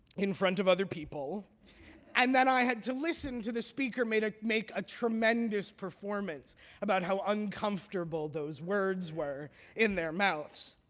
in front of other people and then i had to listen to the speaker ah make a tremendous performance about how uncomfortable those words were in their mouths.